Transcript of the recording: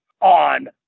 on